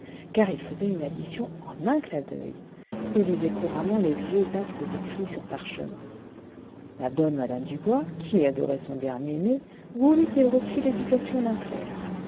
car il faisait une addition en un clin d'œil et lisait couramment les vieux actes écrits sur parchemin la bonne mme dubois qui adorait son dernier né voulut qu'il reçût l'éducation d'un clerc